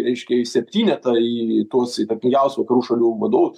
reiškia į septynetą į tuos įtakingiausių vakarų šalių vadovus